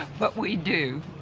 but we do.